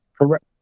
Correct